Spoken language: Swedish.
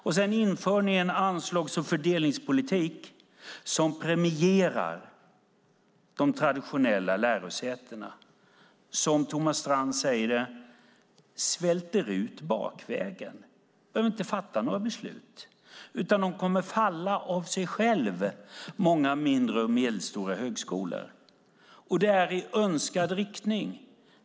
Och sedan inför ni en anslags och fördelningspolitik som premierar de traditionella lärosätena. Thomas Strand säger att man svälter ut bakvägen. Man behöver inte fatta några beslut, utan många mindre och medelstora högskolor kommer att falla av sig själva. Och det är i önskad riktning.